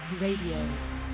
Radio